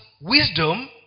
wisdom